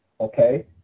okay